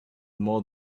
more